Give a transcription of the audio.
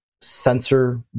sensor